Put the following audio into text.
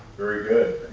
very good,